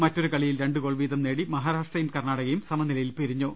മറ്റൊരു കളി യിൽ രണ്ട് ഗോൾ വീതം നേടി മഹാരാഷ്ട്രയും കർണാടകയും സമനില യിൽ പിരിഞ്ഞു